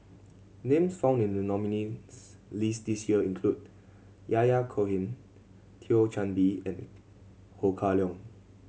names found in the nominees' list this year include Yahya Cohen Thio Chan Bee and Ho Kah Leong